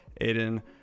Aiden